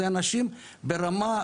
אלו אנשים ברמה,